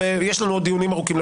יש לנו דיונים ארוכים,